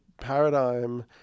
paradigm